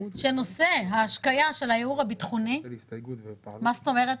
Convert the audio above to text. שהנושא של ההשקיה של הייעור הביטחוני -- מה זאת אומרת?